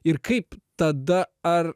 ir kaip tada ar